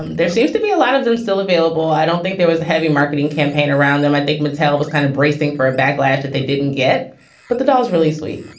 um there seems to be a lot of them still available. i don't think there was heavy marketing campaign around them. i think mattel was kind of bracing for a backlash if they didn't get but the dolls. really sweet.